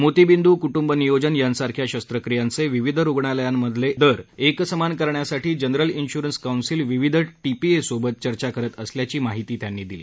मोतीबिंदू कृटूंब नियोजन यासारख्या शस्त्रक्रियांचे विविध रुग्णालयांमधले श्लक्क एकसमान करण्यासाठी जनरल इन्श्रन्स कौन्सिल विविध टीपीएसोबत चर्चा करत असल्याची माहिती त्यांनी दिली